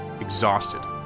exhausted